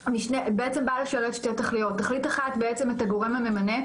בעצם בא לשתי תכליות: תכלית אחת בעצם את הגורם הממנה,